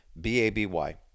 B-A-B-Y